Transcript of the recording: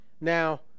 Now